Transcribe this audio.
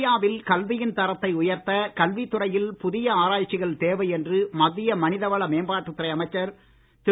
இந்தியாவில் கல்வியின் தரத்தை உயர்த்த கல்வித் துறையில் புதிய ஆராய்ச்சிகள் தேவை என்று மத்திய மனிதவள மேம்பாட்டுத் துறை அமைச்சர் திரு